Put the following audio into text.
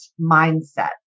mindset